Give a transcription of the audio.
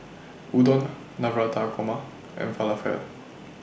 Udon Navratan Korma and Falafel